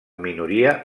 minoria